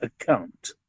account